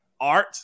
art